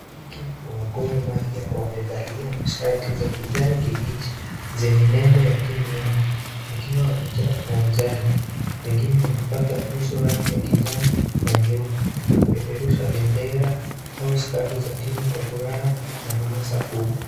Mashabiki wa Gor Mahia, wamevalia mashati za kijani kibichi zenye nembo ya timu yao wakiwa uwanjani. Wengine wamepaka uso rangi ya kijani na nyeupe, wakipeperusha bendera au scurf[s] za timu kwa furaha na hamasa kubwa.